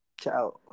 Ciao